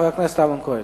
חבר הכנסת אמנון כהן,